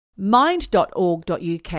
Mind.org.uk